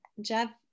Jeff